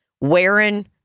wearing